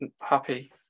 happy